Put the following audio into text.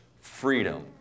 freedom